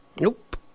Nope